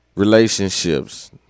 Relationships